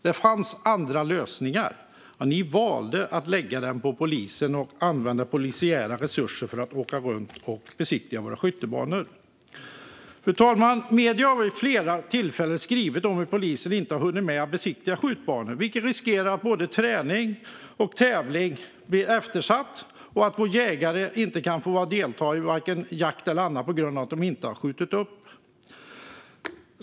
Det fanns andra lösningar, men ni valde att lägga den på polisen och använda polisiära resurser för att åka runt och besiktiga våra skjutbanor. Fru talman! Medier har vid flera tillfällen skrivit om att polisen inte har hunnit med att besiktiga skjutbanor, vilket gör att både träning och tävling riskerar att bli eftersatta och att våra jägare riskerar att inte få delta i vare sig jakt eller annat på grund av att de inte har skjutit upp.